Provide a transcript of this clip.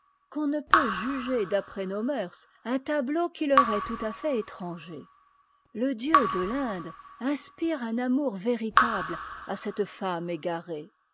qu'on ne peut juger d'après nos mœurs un tableau qui leur est tout à fait étranger le dieu de l'inde inspire un amour véritable à cette femme égarée